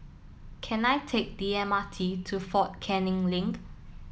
can I take the M R T to Fort Canning Link